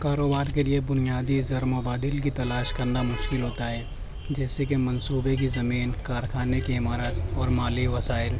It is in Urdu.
کاروبار کے لیے بنیادی ذر مبادل کی تلاش کرنا مشکل ہوتا ہے جیسے کہ منصوبے کی زمین کارخانے کی عمارت اور مالی وسائل